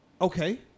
Okay